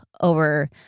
over